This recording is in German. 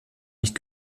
nicht